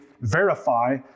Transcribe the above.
verify